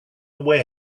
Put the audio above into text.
away